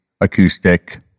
acoustic